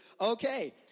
Okay